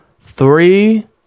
three